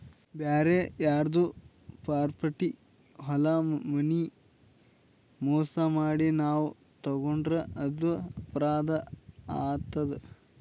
ಬ್ಯಾರೆ ಯಾರ್ದೋ ಪ್ರಾಪರ್ಟಿ ಹೊಲ ಮನಿ ಮೋಸ್ ಮಾಡಿ ನಾವ್ ತಗೋಂಡ್ರ್ ಅದು ಅಪರಾಧ್ ಆತದ್